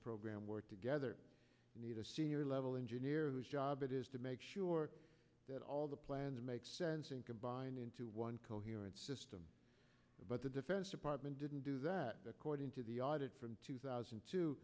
program work together you need a senior level engineer whose job it is to make sure that all the plans make sense and combine into one coherent system but the defense department didn't do that according to the audit from two thousand